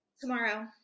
Tomorrow